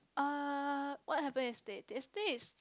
uh what happened yesterday yesterday is